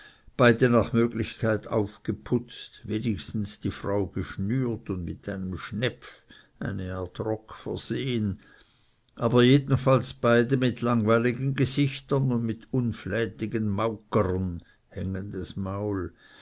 beide nach möglichkeit aufgeputzt wenigstens die frau geschnürt und mit einem schnepf versehen aber jedenfalls beide mit langweiligen gesichtern und mit unflätigen mauggern bis das